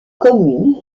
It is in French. commune